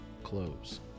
Close